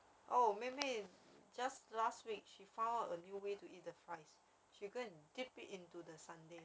actually mcdonald's I only miss the dessert the hot fudge sundae